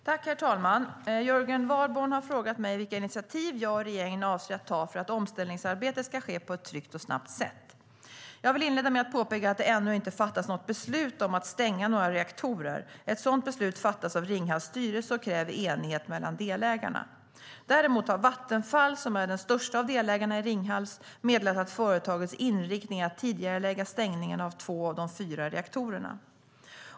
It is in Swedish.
Herr talman! Jörgen Warborn har frågat mig vilka initiativ jag och regeringen avser att ta för att omställningsarbetet ska ske på ett tryggt och snabbt sätt. Jag vill inleda med att påpeka att det ännu inte fattats något beslut om att stänga några reaktorer. Ett sådant beslut fattas av Ringhals styrelse och kräver enighet mellan delägarna. Däremot har Vattenfall, som är den största av delägarna i Ringhals, meddelat att företagets inriktning är att tidigarelägga stängningen av två av de fyra reaktorerna.